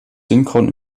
synchron